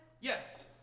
Yes